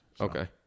okay